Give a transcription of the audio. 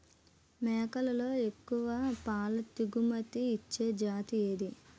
మేకలలో ఎక్కువ పాల దిగుమతి ఇచ్చే జతి ఏది?